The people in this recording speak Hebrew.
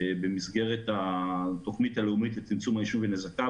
במסגרת התוכנית הלאומית לצמצום העישון ונזקיו,